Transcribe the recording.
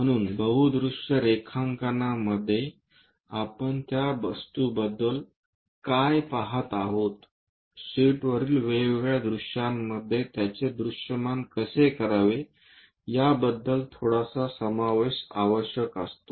म्हणून बहु दृश्य रेखांकनांमध्ये आपण त्या वस्तू बद्दल काय पहात आहोत शीटवरील वेगवेगळ्या दृश्यांमध्ये त्याचे दृश्यमान कसे करावे याबद्दल थोडासा समावेश आवश्यक असतो